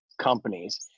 companies